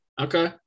Okay